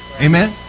Amen